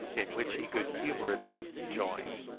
in which he good-humouredly joined.